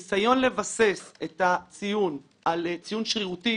ניסיון לבסס את הציון על ציון שרירותי